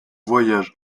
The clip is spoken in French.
voyage